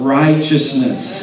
righteousness